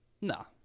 No